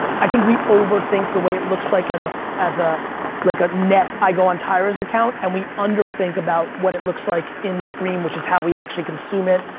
i think we overthink the way it looks like as ah a ah like ah net. i go on tyra's account, and we under-think about what it looks like in screen, which is how we actually consume it.